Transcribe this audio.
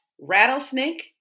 rattlesnake